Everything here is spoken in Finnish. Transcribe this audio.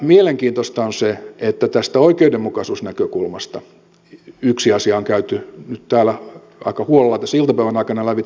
mielenkiintoinen on se yksi asia mikä tästä oikeudenmukaisuusnäkökulmasta on käyty nyt täällä aika huolella iltapäivän aikana lävitse